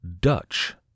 Dutch